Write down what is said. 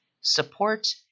support